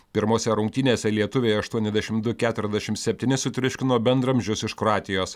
pirmose rungtynėse lietuviai aštuoniasdešim du keturiasdešim septyni sutriuškino bendraamžius iš kroatijos